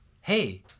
hey